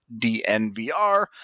DNVR